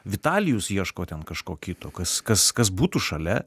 vitalijus ieško ten kažko kito kas kas kas būtų šalia